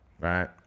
Right